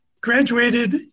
Graduated